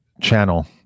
channel